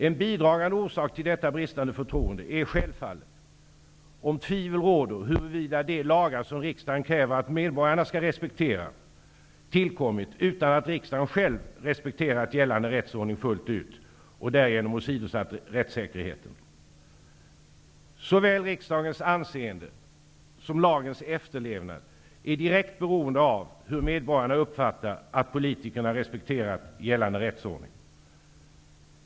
En bidragande orsak till detta bristande förtroende är självfallet om tvivel råder huruvida de lagar som riksdagen kräver att medborgarna skall respektera, tillkommit utan att riksdagen själv respekterat gällande rättsordning fullt ut, och därigenom åsidosatt rättssäkerheten. Såväl riksdagens anseende som lagens efterlevnad är direkt beroende av hur medborgarna uppfattar att politikerna respekterar gällande rättsordning. Fru talman!